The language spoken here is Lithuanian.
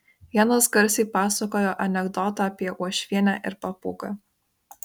vienas garsiai pasakojo anekdotą apie uošvienę ir papūgą